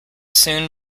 soon